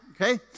okay